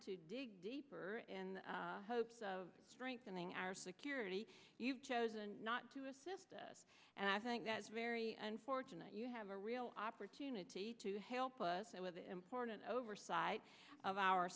to dig deeper in hopes of strengthening our security you've chosen not to assist and i think that's very unfortunate you have a real opportunity to help us out with important oversight of our